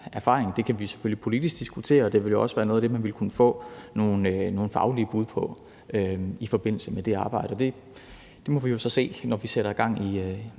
Det kan vi selvfølgelig politisk diskutere, og det vil jo også være noget af det, man vil kunne få nogle faglige bud på i forbindelse med det arbejde. Det må vi jo så se, når vi sætter gang i